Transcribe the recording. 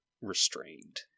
restrained